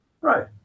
Right